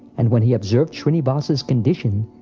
and when he observed shrinivas's condition,